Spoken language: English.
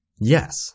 Yes